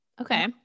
Okay